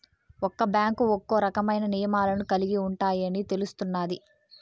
ఒక్క బ్యాంకు ఒక్కో రకమైన నియమాలను కలిగి ఉంటాయని తెలుస్తున్నాది